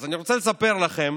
אז אני רוצה לספר לכם